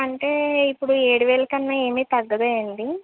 అంటే ఇప్పుడు ఏడు వేలు కన్నా ఏమి తగ్గదా అండి